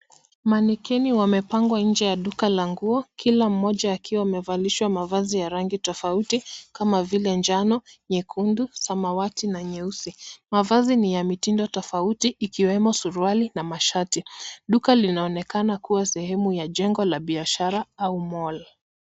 Manequinn wamepangwa nje ya duka la nguo, kila mmoja akiwa amevalishwa mavazi ya rangi tofauti kama vile njano, nyekundu, samawati na nyeusi. Mavazi ni ya mitindo tofauti ikiwemo suruali na mashati. Duka linaonekana kuwa sehemu ya jengo la biashara au mall .